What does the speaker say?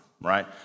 right